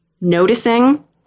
noticing